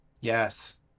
yes